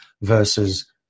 versus